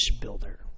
builder